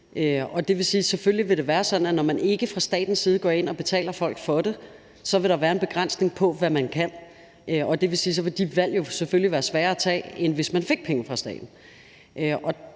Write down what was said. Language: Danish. selvfølgelig vil det være sådan, at når man ikke fra statens side går ind og betaler folk for det, vil der være en begrænsning på, hvad man kan, og det vil sige, at så vil de valg selvfølgelig være sværere at tage, end hvis man fik penge fra staten.